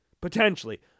Potentially